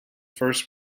first